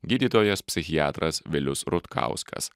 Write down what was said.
gydytojas psichiatras vilius rutkauskas